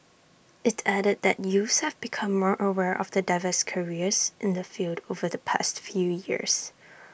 IT added that youths have become more aware of the diverse careers in the field over the past few years